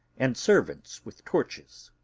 and servants with torches.